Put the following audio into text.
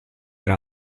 era